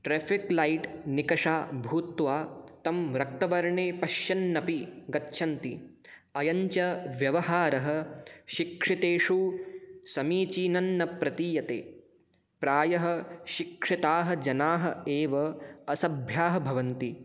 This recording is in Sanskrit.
ट्रेफ़िकलैट् निकषा भूत्वा तं रक्तवर्णे पश्यन्नपि गच्छन्ति अयं च व्यवहारः शिक्षितेषु समीचीनन्न प्रतीयते प्रायः शिक्षिताः जनाः एव असभ्याः भवन्ति